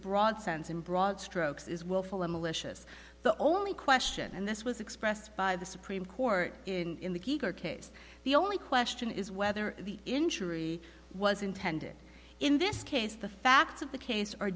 broad sense in broad strokes is willful and malicious the only question and this was expressed by the supreme court in the case the only question is whether the injury was intended in this case the facts of the case